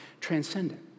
transcendent